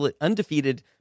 undefeated